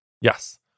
Yes